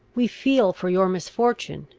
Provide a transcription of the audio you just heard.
we feel for your misfortune,